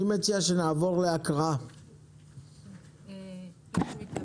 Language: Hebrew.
אני מציע שנעבור להקראת הצעת התקנות.